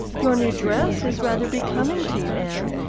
your new dress is rather becoming to you, anne.